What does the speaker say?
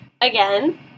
Again